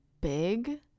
big